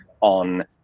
on